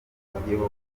abanyagihugu